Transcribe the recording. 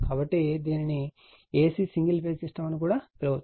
కాబట్టి దీనిని AC single phase system అని పిలుస్తారు